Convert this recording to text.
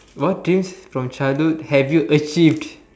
what dreams from childhood have you achieved